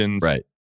Right